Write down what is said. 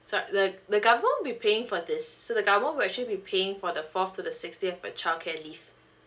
so the the government will be paying for this so the government will actually be paying for the fourth to the sixth day of a childcare leave